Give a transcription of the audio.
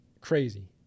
crazy